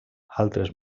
altres